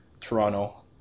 toronto